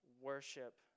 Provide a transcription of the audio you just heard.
worship